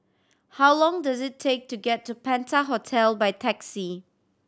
how long does it take to get to Penta Hotel by taxi